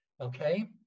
Okay